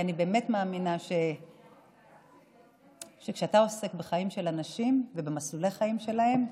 אני באמת מאמינה שכשאתה עוסק בחיים של אנשים ובמסלולי חיים שלהם,